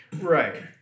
Right